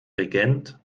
regent